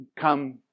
come